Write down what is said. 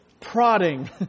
prodding